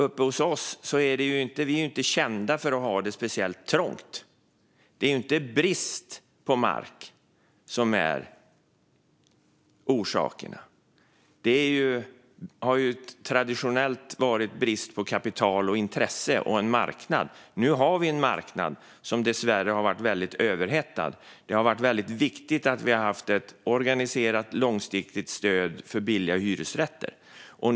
Uppe hos oss är det inte känt för att vara speciellt trångt. Det är inte brist på mark som är orsaken. Det har traditionellt varit brist på kapital, intresse och en marknad. Nu har vi en marknad som dessvärre har varit väldigt överhettad. Det har varit mycket viktigt att vi haft ett organiserat långsiktigt stöd för billiga hyresrätter.